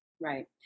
right